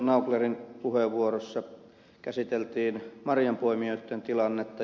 nauclerin puheenvuorossa käsiteltiin marjanpoimijoitten tilannetta